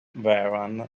vehrehan